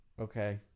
Okay